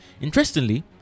Interestingly